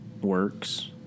works